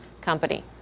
company